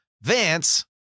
Vance